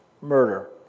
murder